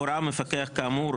הורה מפקח כאמור,